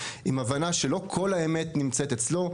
בהבנה שלא כל האמת נמצאת אצלו,